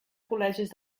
col·legis